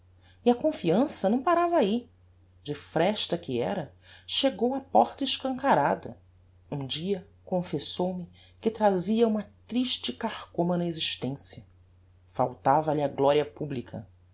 e a confiança não parava ahi de fresta que era chegou a porta escancarada um dia confessou-me que trazia uma triste carcoma na existencia faltava-lhe a gloria publica